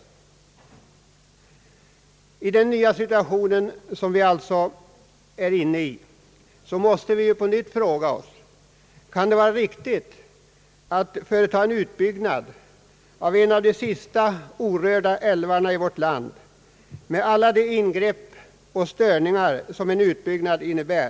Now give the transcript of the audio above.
I den situation som vi alltså är inne i måste vi på nytt fråga oss: Kan det vara riktigt att bygga ut en av de sista orörda älvarna i vårt land med alla de ingrepp och störningar som en utbyggnad innebär?